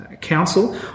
council